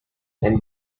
and